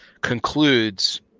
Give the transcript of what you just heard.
concludes